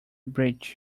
breach